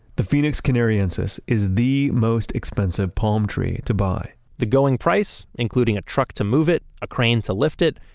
the phoenix canariensis is the most expensive palm tree to buy the going price, including a truck to move it, a crane to lift it,